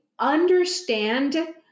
understand